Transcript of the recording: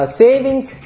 savings